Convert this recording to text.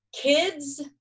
kids